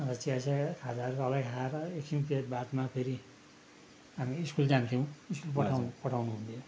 अन्त चियासिया खाजा तलै खाएर एकछिन त्यो बादमा फेरि हामी स्कुल जान्थ्यौँ स्कुल पठाउने पठाउनु हुने